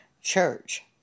church